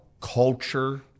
culture